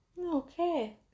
Okay